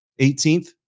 18th